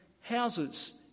houses